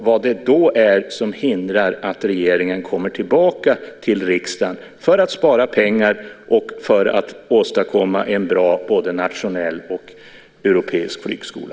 Vad är det som hindrar att regeringen kommer tillbaka till riksdagen för att spara pengar och för att åstadkomma en bra både nationell och europeisk flygskola?